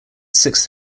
six